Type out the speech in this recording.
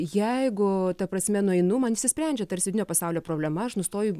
jeigu ta prasme nueinu man išsisprendžia tarsi vidinio pasaulio problema aš nustoju